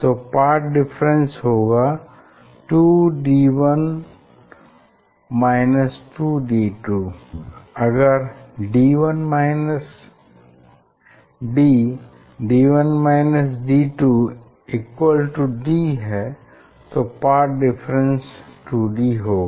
तो path difference होगा 2d1 2d2 अगर d1 d2 d है तो पाथ डिफरेंस 2d होगा